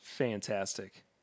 Fantastic